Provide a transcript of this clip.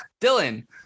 Dylan